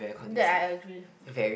that I agree